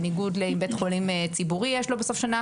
בניגוד לבית חולים ציבורי שיש לו בסוף שנה